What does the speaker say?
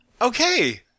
Okay